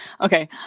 Okay